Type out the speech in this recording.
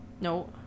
No